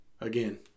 Again